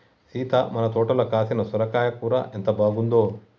సీత మన తోటలో కాసిన సొరకాయ కూర ఎంత బాగుందో